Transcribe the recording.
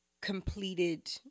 completed